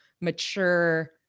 mature